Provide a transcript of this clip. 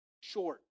short